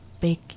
big